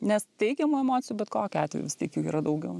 nes teigiamų emocijų bet kokiu atveju vis tiek jų yra daugiau